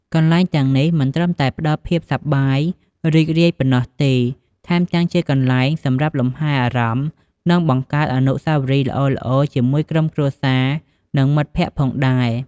កន្លែងទាំងនេះមិនត្រឹមតែផ្ដល់ភាពសប្បាយរីករាយប៉ុណ្ណោះទេ ថែមទាំងជាទីកន្លែងសម្រាប់លំហែអារម្មណ៍ និងបង្កើតអនុស្សាវរីយ៍ល្អៗជាមួយក្រុមគ្រួសារ និងមិត្តភ័ក្តិផងដែរ។